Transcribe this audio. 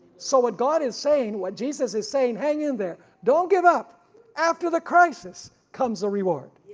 so what god is saying, what jesus is saying hang in there, don't give up after the crisis comes a reward.